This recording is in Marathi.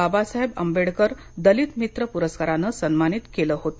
बाबासाहेब आंबेडकर दलित मित्र पुरस्काराने सन्मानित करण्यात आलं होत